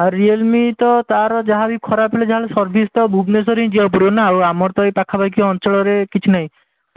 ଆଉ ରିଅଲ୍ମି ତ ତା'ର ଯାହାବି ଖରାପ ହେଲେ ଯାହା ହେଲେ ସର୍ଭିସ୍ ତ ଭୁବନେଶ୍ୱର ହିଁ ଯିବାକୁ ପଡ଼ିବ ନା ଆଉ ଆମର ତ ଏଇ ପାଖାପାଖି ଅଞ୍ଚଳରେ କିଛି ନାହିଁ